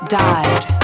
died